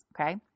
okay